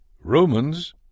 Romans